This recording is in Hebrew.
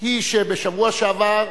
היא שבשבוע שעבר,